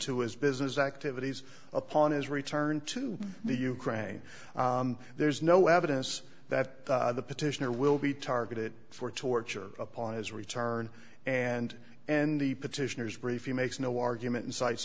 to his business activities upon his return to the ukraine there's no evidence that the petitioner will be targeted for torture upon his return and and the petitioners brief he makes no argument and cites